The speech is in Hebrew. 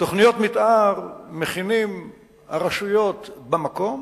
תוכניות מיתאר מכינות הרשויות במקום,